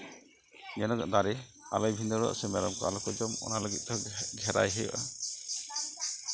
ᱡᱮᱱᱚ ᱫᱟᱨᱮ ᱟᱞᱚᱭ ᱵᱷᱤᱸᱫᱟᱹᱲᱚᱜ ᱥᱮ ᱢᱮᱨᱚᱢ ᱠᱚ ᱟᱞᱚ ᱠᱚ ᱡᱚᱢ ᱚᱱᱟ ᱞᱟᱹᱜᱤᱫ ᱛᱮᱦᱚᱸ ᱜᱷᱮᱨᱟᱭ ᱦᱩᱭᱩᱜᱼᱟ